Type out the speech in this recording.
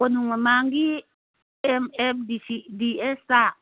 ꯀꯣꯅꯨꯡ ꯃꯃꯥꯡꯒꯤ M F D ꯑꯦꯁꯇ